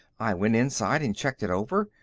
i went inside and checked it over.